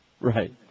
Right